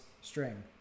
string